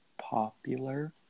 popular